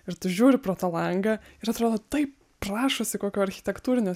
ir tu žiūri pro tą langą ir atrodo taip prašosi kokio architektūrinio